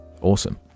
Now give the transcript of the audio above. awesome